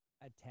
attack